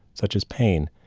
such as pain,